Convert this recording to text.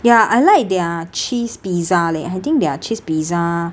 ya I like their cheese pizza leh I think their cheese pizza